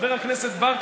חבר הכנסת בר,